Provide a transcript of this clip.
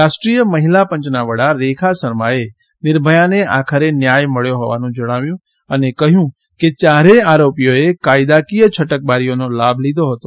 રાષ્ટ્રીય મહિલા પંચના વડા રેખા શર્માએ નિર્ભયાને આખરે ન્યાય મળ્યો હોવાનું જણાવ્યું અને કહ્યું કે યારેય આરોપીઓએ કાયદા કીય છટકબારીઓનો લાભ લીધો હતો